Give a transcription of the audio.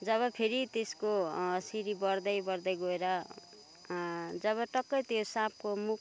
जब फेरि त्यसको सिडी बढ्दै बढ्दै गएर जब टक्कै त्यो साँपको मुख